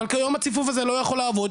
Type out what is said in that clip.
אבל כיום הציפוף הזה לא יכול לעבוד,